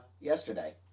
yesterday